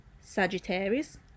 Sagittarius